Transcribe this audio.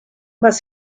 más